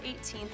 18th